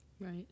Right